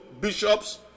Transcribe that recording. bishops